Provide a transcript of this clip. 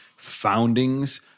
foundings